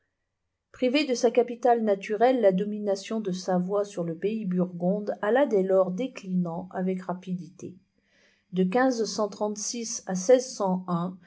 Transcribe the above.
privée de sa capitale naturelle la domination de savoie sur le pays burgoude alla dès lors déclinant avec rapidité de à